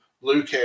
Luke